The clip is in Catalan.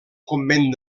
convent